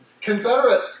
Confederate